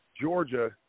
Georgia –